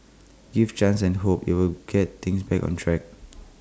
give chance and hope IT will get things back on track